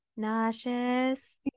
nauseous